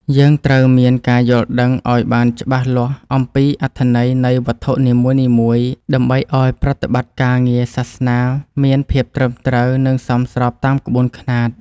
យើងត្រូវមានការយល់ដឹងឱ្យបានច្បាស់លាស់អំពីអត្ថន័យនៃវត្ថុនីមួយៗ ដើម្បីឱ្យការប្រតិបត្តិការងារសាសនាមានភាពត្រឹមត្រូវ និងសមស្របតាមក្បួនខ្នាត។